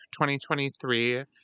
2023